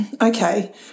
okay